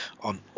on